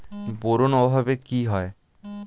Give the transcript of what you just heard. Boron অভাবে কি হয়?